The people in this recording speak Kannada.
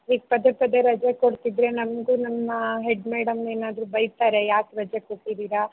ಹೀಗೆ ಪದೇ ಪದೇ ರಜೆ ಕೊಡ್ತಿದ್ದರೆ ನಮಗೂ ನಮ್ಮ ಹೆಡ್ ಮೇಡಮ್ ಏನಾದರೂ ಬೈತಾರೆ ಯಾಕೆ ರಜೆ ಕೊಟ್ಟಿದ್ದೀರಾ